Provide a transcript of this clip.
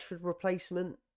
replacement